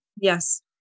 Yes